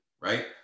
right